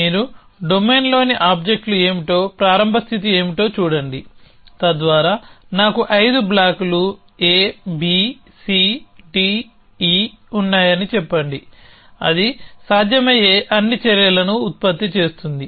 మీరు డొమైన్లోని ఆబ్జెక్ట్లు ఏమిటో ప్రారంభ స్థితి ఏమిటో చూడండి తద్వారా నాకు ఐదు బ్లాక్లు ABCDE ఉన్నాయని చెప్పండి అది సాధ్యమయ్యే అన్ని చర్యలను ఉత్పత్తి చేస్తుంది